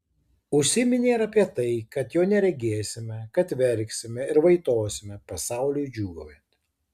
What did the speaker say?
užsiminė ir apie tai kad jo neregėsime kad verksime ir vaitosime pasauliui džiūgaujant